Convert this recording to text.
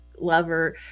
lover